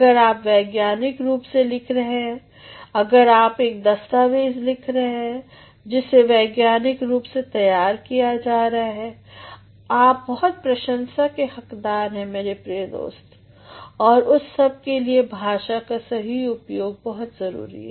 अगर आप वैज्ञानिक रूप से लिख रहे हैं अगर आप एक दस्तावेज़ दिखा रहे हैं जिसे वैज्ञानिक रूप रूप से तैयार किया गया है आप बहुत प्रशंसा के हक़दार हैं मेरे प्रिय दोस्त और उस सब के लिए भाषा का सही उपयोग बहुत जरुरी है